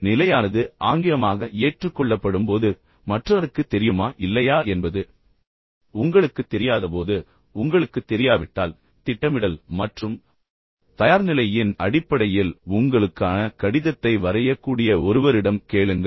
நிலையானது ஆங்கிலமாக ஏற்றுக்கொள்ளப்படும் போது மற்றவருக்குத் தெரியுமா இல்லையா என்பது உங்களுக்குத் தெரியாதபோது உங்களுக்குத் தெரியாவிட்டால் திட்டமிடல் மற்றும் தயார்நிலையின் அடிப்படையில் உங்களுக்கான கடிதத்தை வரையக்கூடிய ஒருவரிடம் கேளுங்கள்